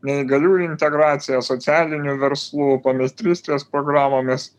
neįgaliųjų integracija socialinių verslų pameistrystės programomis